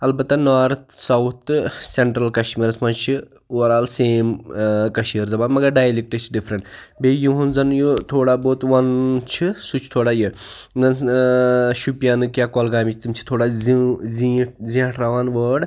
البتہ north south تہٕ central کَشمیٖرَس منٛز چھِ اُوَرآل سیم ٲں کٔشیٖر زَبان مگر ڈایلیٚکٹہٕ چھِ ڈِفریٚنٛٹ بیٚیہِ یِہُنٛد زَن یہِ تھوڑا بہت وَنُن چھِ سُہ چھُ تھوڑا یہِ ٲں شُپیَنٕکۍ یا کۄلگامِکۍ تِم چھِ تھوڑا زیٖٹھ زیٹھراوان وٲرڑ